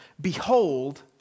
Behold